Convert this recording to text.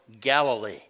Galilee